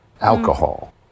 alcohol